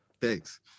thanks